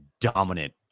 dominant